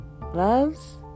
loves